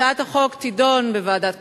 הצעת החוק תידון בוועדת כספים,